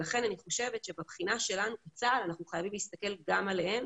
לכן אני חושבת שבבחינה שלנו בצה"ל אנחנו חייבים להסתכל גם עליהם